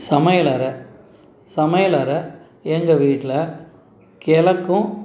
சமையலறை சமையலறை எங்கள் வீட்டில் கிழக்கும்